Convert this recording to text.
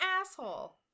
asshole